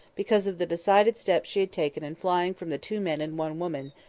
because of the decided steps she had taken in flying from the two men and one woman,